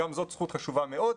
גם זאת זכות חשובה מאוד.